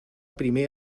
primer